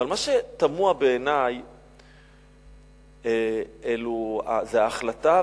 אבל מה שתמוה בעיני זה ההחלטה,